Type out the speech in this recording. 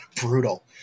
Brutal